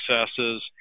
successes